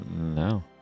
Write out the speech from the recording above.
No